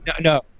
No